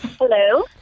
Hello